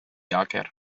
hacker